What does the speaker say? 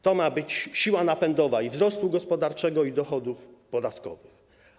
To ma być siła napędowa i wzrostu gospodarczego, i dochodów podatkowych.